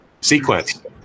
Sequence